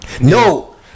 No